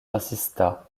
insista